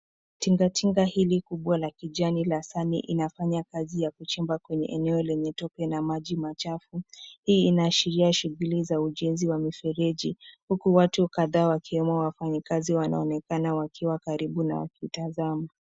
Tingatinga hili kubwa la kijani, la sunny, inafanya kazi ya kuchimba kwenye eneo lenye tope na maji machafu. Hii inaashiria shughuli za ujenzi wa mifereji, huku watu kadhaa wakiwemo wafanyikazi wanaonekana wakiwa karibu na wakitazama.